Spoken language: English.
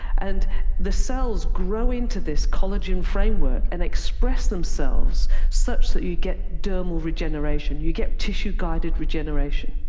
and the cells grow into this collagen framework, and express themselves such that you get dermal regeneration. you get tissue-guided regeneration.